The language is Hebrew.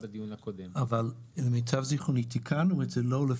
-- אבל למיטב זכרוני תיקנו את זה, לא?